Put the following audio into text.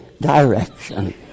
direction